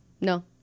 No